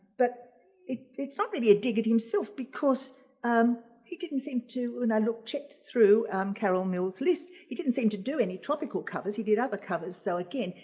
but it's not really a dig at himself because um he didn't seem to and i looked checked through um carol mills list he didn't seem to do any tropical covers. he did other covers. so again,